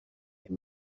they